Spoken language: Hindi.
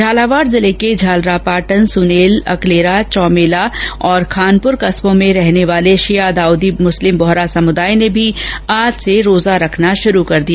झालावाड़ जिले के झालरापाटन सुनेल अकलेरा चौमेला और खानपुर कस्बो में रहने वाले शिया दाऊदी मुस्लिम बोहरा समुदाय ने भी आज से रोजा रखना शुरू कर दिया है